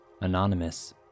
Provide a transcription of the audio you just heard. Anonymous